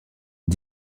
aux